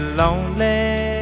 lonely